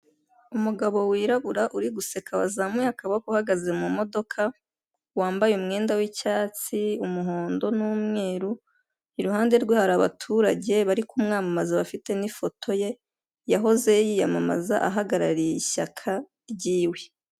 Iki ni ikigo cy'igihugu k'irembo gikorera kuri murandasi, aho bakubwira ngo byikorere, bakaba batanga serivisi nyinshi zigiye zitandukanye, harimo kwiyandikisha mu gutwara ikinyabiziga, kwiyandikisha mu kudekarara ibyangombwa bigiye bitandukanye ndetse n'izindi serivisi nyinshi.